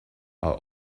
are